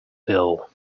bill